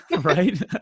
Right